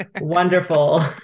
wonderful